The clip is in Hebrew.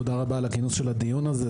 תודה רבה על הכינוס של הדיון הזה,